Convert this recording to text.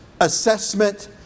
assessment